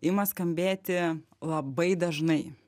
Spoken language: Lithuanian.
ima skambėti labai dažnai